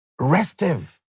restive